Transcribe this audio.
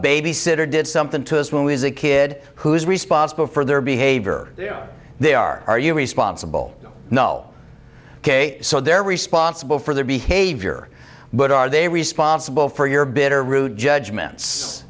babysitter did something to us when we as a kid who's responsible for their behavior they are are you responsible no ok so they're responsible for their behavior but are they responsible for your bitter root judgments